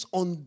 on